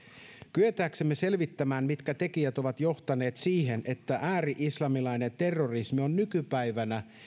kyetäksemme selvittämään mitkä tekijät ovat johtaneet siihen että ääri islamilainen terrorismi on nykypäivänä